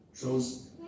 chose